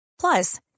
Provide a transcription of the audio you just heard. Plus